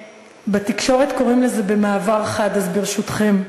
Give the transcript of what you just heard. בתקשורת קוראים לזה "במעבר חד", אז ברשותכם.